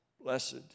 Blessed